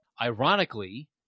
Ironically